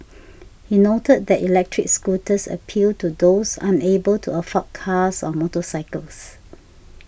he noted that electric scooters appealed to those unable to afford cars or motorcycles